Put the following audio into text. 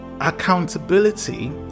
accountability